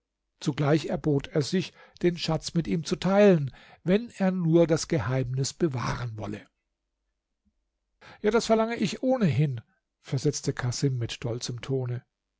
zugleich erbot er sich den schatz mit ihm zu teilen wenn er nur das geheimnis bewahren wolle ja das verlange ich ohnehin versetzte casim mit stolzem tone